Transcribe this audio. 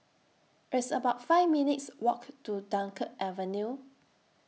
It's about five minutes' Walk to Dunkirk Avenue